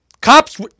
Cops